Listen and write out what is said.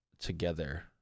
together